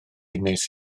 wnes